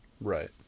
Right